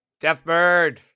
Deathbird